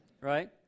right